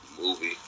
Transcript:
movie